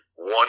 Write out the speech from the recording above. One